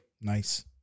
Nice